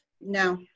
No